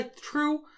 true